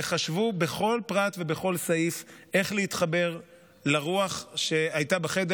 ובכל פרט ובכל סעיף חשבו איך להתחבר לרוח שהייתה בחדר.